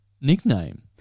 nickname